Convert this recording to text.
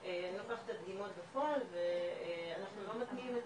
אני לוקחת את הדגימות בפועל ואנחנו לא מתנים את